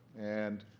and